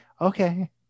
okay